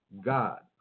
god